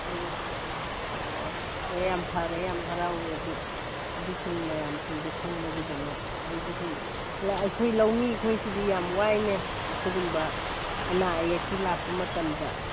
ꯎꯝ ꯑꯣ ꯍꯣꯏ ꯌꯥꯝ ꯐꯔꯦ ꯌꯥꯝ ꯍꯔꯥꯎꯋꯦ ꯑꯗꯨ ꯑꯗꯨꯁꯤꯡ ꯃꯌꯥꯝꯁꯤꯡꯗꯨ ꯈꯪꯕꯒꯤꯗꯃꯛ ꯑꯩꯒꯤ ꯑꯩꯈꯣꯏ ꯂꯧꯃꯤ ꯑꯩꯈꯣꯏꯁꯤ ꯌꯥꯝ ꯋꯥꯏꯅꯦ ꯑꯁꯤꯒꯨꯝꯕ ꯑꯅꯥ ꯑꯌꯦꯛꯀꯤ ꯂꯥꯛꯄ ꯃꯇꯝꯗ